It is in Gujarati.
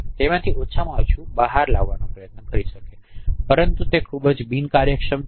તેમાંથી ઓછામાં ઓછું બહાર લાવવાનો પ્રયત્ન કરી શકાય પરંતુ તે ખૂબ જ બિનકાર્યક્ષમ છે